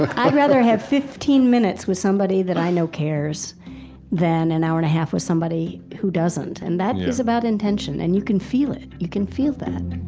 i'd rather have fifteen minutes with somebody that i know cares than an hour and a half with somebody who doesn't. and that is about intention, and you can feel it. you can feel that